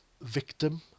Victim